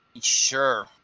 Sure